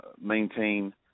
maintain